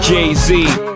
Jay-Z